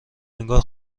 انگار